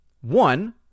one